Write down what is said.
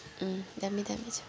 दामी दामी छ